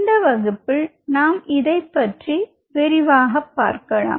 இந்த வகுப்பில் நாம் இதைப்பற்றி விரிவாக பார்க்கலாம்